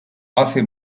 hace